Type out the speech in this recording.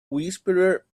whisperer